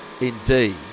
indeed